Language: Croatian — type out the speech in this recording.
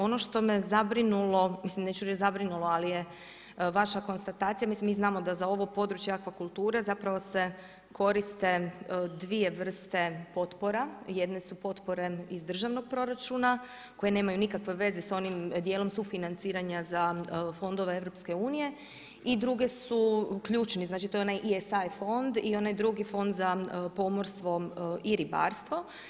Ono što me zabrinulo, mislim neću reći zabrinulo ali je vaša konstatacija, mislim mi znamo da za ovo područje akvakulture zapravo se koriste dvije vrste potpora, jedne su potpore iz državnog proračuna koje nemaju nikakve veze sa onim dijelom sufinanciranja za fondove EU i druge su ključni, znači to je onaj ESI fond i onaj drugi fond za pomorstvo i ribarstvo.